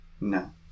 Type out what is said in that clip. No